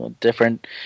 different